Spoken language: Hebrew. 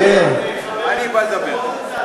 אני בא לדבר.